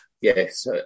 Yes